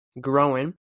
growing